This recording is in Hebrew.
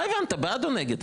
מה הבנת, בעד או נגד?